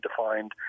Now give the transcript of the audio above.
defined